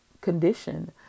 condition